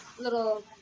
little